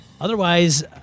Otherwise-